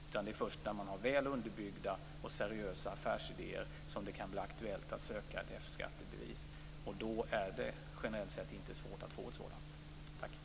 Det är först när man har väl underbyggda och seriösa affärsidéer som det kan bli aktuellt att ansöka om F-skattebevis. Generellt är det då inte svårt att få ett sådant.